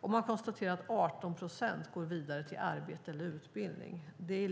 Och man konstaterar att 18 procent går vidare till arbete eller utbildning. Det